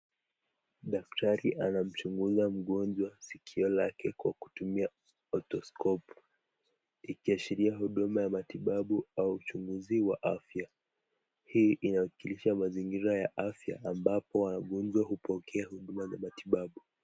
Daktari anamchunguza mgonjwa sikio lake kwa kutumia othoskopu, ikiashiria huduma ya matibabu au uchunguzi wa afya. Hii inaakisia mazingira ya afya ambapo wagonjwa hupokea huduma na matibabu.